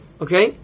Okay